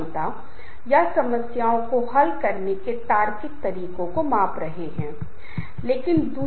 इसलिए छोटे समूहों का प्रबंधन करना और कुछ जिम्मेदारियों को सौंपना हमेशा अच्छा होता है